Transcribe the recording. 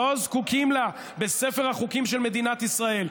לא זקוקים לה בספר החוקים של מדינת ישראל.